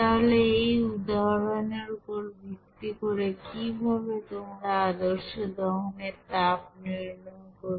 তাহলে এই উদাহরণ এর উপর ভিত্তি করে কিভাবে তোমরা আদর্শ দহনের তাপ নির্ণয় করবে